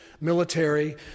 Military